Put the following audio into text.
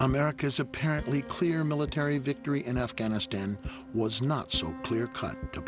america's apparently clear military victory in afghanistan was not so clear cut